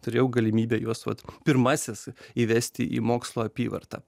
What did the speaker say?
turėjau galimybę juos vat pirmasis įvesti į mokslo apyvartą